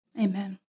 amen